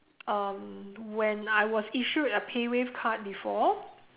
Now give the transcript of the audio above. um when I was issued a PayWave card before